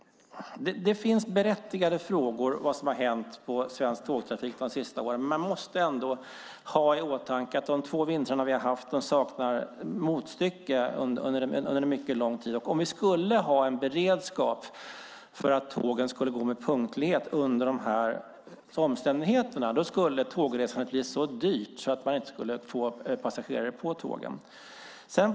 Det finns berättigade frågor gällande vad som har hänt inom svensk tågtrafik de senaste åren, men vi måste ändå ha i åtanke att de två vintrar vi har haft saknar motstycke under mycket lång tid. Om vi skulle ha en beredskap för att tågen skulle gå med punktlighet under dessa omständigheter skulle tågresandet bli så dyrt att man inte skulle få några passagerare på tågen.